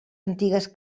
antigues